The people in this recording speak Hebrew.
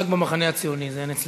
זה יש רק במחנה הציוני, זה אין אצלנו.